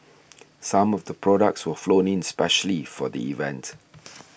some of the products were flown in specially for the event